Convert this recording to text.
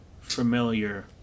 familiar